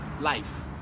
life